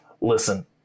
Listen